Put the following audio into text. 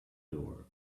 door